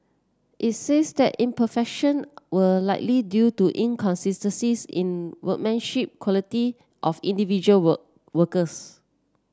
workmanship quality of individual work workers